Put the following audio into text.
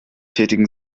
tätigen